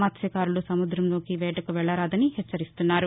మత్స్యకారులు సముద్రంలోకి వేటకు వెళ్ళరాదని హెచ్చరిస్తున్నారు